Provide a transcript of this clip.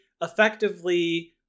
effectively